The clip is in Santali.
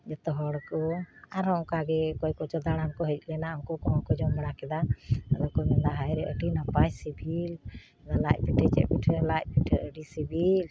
ᱡᱚᱛᱚ ᱦᱚᱲ ᱠᱚ ᱟᱨᱦᱚᱸ ᱚᱱᱠᱟ ᱜᱮ ᱚᱠᱚᱭ ᱠᱚᱪᱚᱝ ᱫᱟᱲᱟᱱ ᱠᱚ ᱦᱮᱡ ᱞᱮᱱᱟ ᱩᱱᱠᱩ ᱠᱚᱦᱚᱸ ᱠᱚ ᱡᱚᱢ ᱵᱟᱲᱟ ᱠᱮᱫᱟ ᱟᱫᱚᱠᱚ ᱢᱮᱱᱫᱟ ᱦᱟᱭᱨᱮ ᱟᱹᱰᱤ ᱱᱟᱯᱟᱭ ᱥᱤᱵᱤᱞ ᱟᱫᱚ ᱞᱟᱡᱽ ᱯᱤᱴᱷᱟᱹ ᱪᱮᱫ ᱯᱤᱴᱷᱟᱹ ᱞᱟᱡ ᱯᱤᱴᱷᱟᱹ ᱟᱹᱰᱤ ᱥᱤᱵᱤᱞ